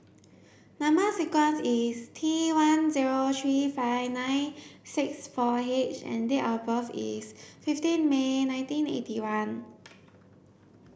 number sequence is T one zero three five nine six four H and date of birth is fifteen May nineteen eighty one